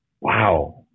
wow